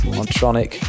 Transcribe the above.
Montronic